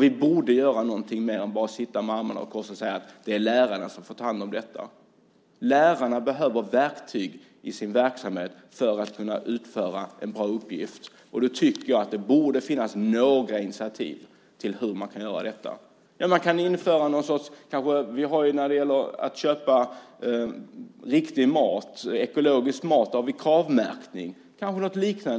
Vi borde göra någonting mer än att bara sitta med armarna i kors och säga: Det är lärarna som får ta hand om detta. Lärarna behöver verktyg i sin verksamhet för att kunna utföra en bra uppgift. Då borde det finnas några initiativ till hur man kan göra detta. Vi har när det gäller att köpa riktig mat - ekologisk mat - Kravmärkning. Vi kanske